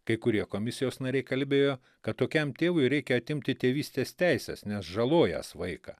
kai kurie komisijos nariai kalbėjo kad tokiam tėvui reikia atimti tėvystės teises nes žalojąs vaiką